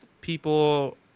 people